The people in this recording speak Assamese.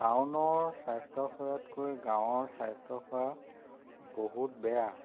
টাউনৰ স্বাস্থ্যসেৱাতকৈ গাঁৱৰ স্বাস্থ্যসেৱা বহুত বেয়া